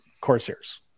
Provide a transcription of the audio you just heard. Corsairs